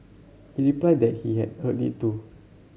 he replied that he had heard it too